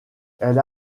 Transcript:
elle